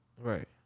Right